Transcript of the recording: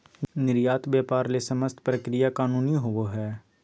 निर्यात व्यापार ले समस्त प्रक्रिया कानूनी होबो हइ